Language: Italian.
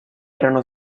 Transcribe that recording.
erano